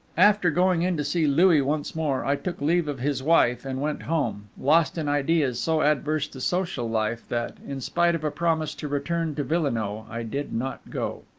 after going in to see louis once more, i took leave of his wife and went home, lost in ideas so adverse to social life that, in spite of a promise to return to villenoix, i did not go.